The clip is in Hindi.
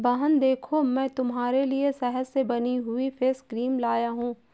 बहन देखो मैं तुम्हारे लिए शहद से बनी हुई फेस क्रीम लाया हूं